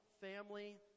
family